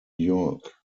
york